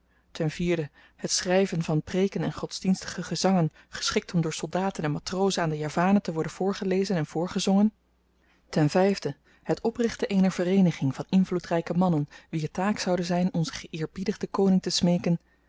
het schryven van preeken en godsdienstige gezangen geschikt om door soldaten en matrozen aan de javanen te worden voorgelezen en voorgezongen ten vijfde het oprichten eener vereeniging van invloedryke mannen wier taak zoude zyn onzen geëerbiedigden koning te smeeken